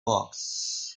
box